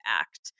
Act